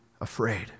afraid